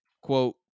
quote